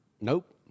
nope